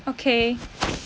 okay